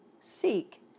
Seek